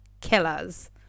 killers